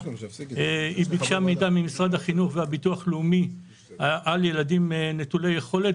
היא ביקשה מידע ממשרד החינוך והביטוח לאומי על ילדים נטולי יכולת,